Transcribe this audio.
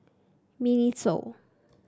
Miniso